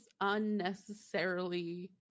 unnecessarily